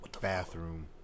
Bathroom